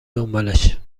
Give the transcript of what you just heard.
دنبالش